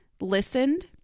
listened